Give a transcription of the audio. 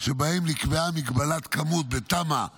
שבהם נקבעה מגבלת כמות בתמ"א 35,